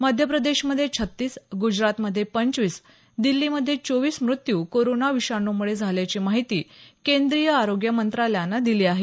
मध्यप्रदेशमधे छत्तीस गुजरातमध्ये पंचवीस दिल्लीमध्ये चोवीस मृत्यू कोरोना विषाणूमुळे झाल्याची माहिती केंद्रीय आरोग्य मंत्रालयानं दिली आहे